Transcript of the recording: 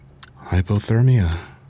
Hypothermia